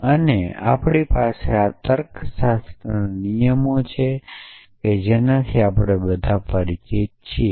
અને આપણી પાસે આ તર્કશાસ્ત્રના નિયમો છે જેનાથી આપણે બધા પરિચિત છીએ